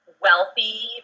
Wealthy